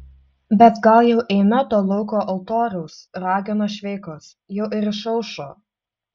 bet gal jau eime to lauko altoriaus ragino šveikas jau ir išaušo